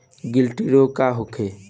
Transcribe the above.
गिल्टी रोग का होखे?